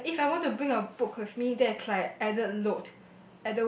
and if I want to bring a book with me that is like added load